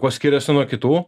kuo skiriasi nuo kitų